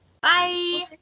Bye